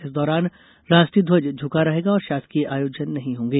इस दौरान राष्ट्रीय ध्वज झुका रहेगा और शासकीय आयोजन नहीं होंगे